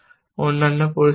অন্যান্য পরিস্থিতিতে